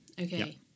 Okay